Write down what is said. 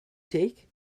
take